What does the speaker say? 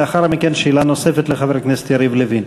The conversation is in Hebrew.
ולאחר מכן שאלה נוספת לחבר הכנסת יריב לוין.